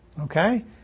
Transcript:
Okay